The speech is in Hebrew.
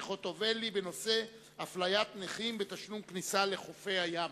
חוטובלי בנושא אפליית נכים בתשלום דמי כניסה לחופי הים.